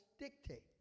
dictate